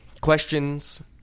questions